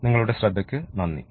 നിങ്ങളുടെ ശ്രദ്ധയ്ക്ക് നന്ദി